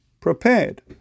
prepared